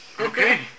Okay